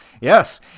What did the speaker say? Yes